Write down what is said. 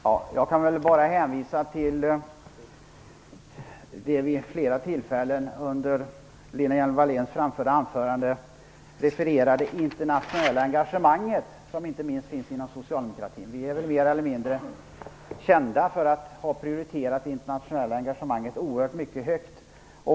Herr talman! Jag kan väl bara hänvisa till det vid flera tillfällen under Lena Hjelm-Walléns anförande redovisade internationella engagemang som finns inte minst inom Socialdemokratin. Vi är väl mer eller mindre kända för att ha prioriterat det internationella engagemanget oerhört högt.